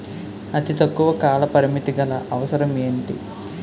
అతి తక్కువ కాల పరిమితి గల అవసరం ఏంటి